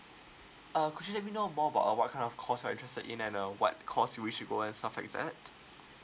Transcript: uh could you let me know more about uh what kind of course that you're interested in and uh what course you wish to go and stuff like that